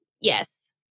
Yes